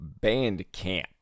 Bandcamp